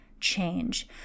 change